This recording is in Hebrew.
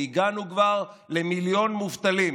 והגענו כבר למיליון מובטלים.